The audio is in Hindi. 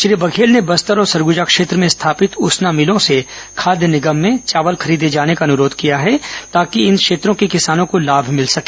श्री बघेल ने बस्तर और सरगुजा क्षेत्र में स्थापित उसना मिलों से खाद्य निगम में चावल खरीदे जाने का अनुरोध किया है ताकि इन क्षेत्रों के किसानों को लाभ मिल सके